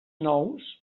nous